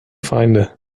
feinde